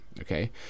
Okay